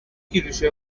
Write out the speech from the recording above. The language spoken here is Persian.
کیلوشه